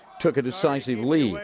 took a decisive lead.